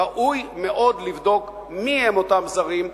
ראוי מאוד לבדוק מי הם אותם זרים,